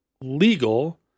legal